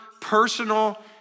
personal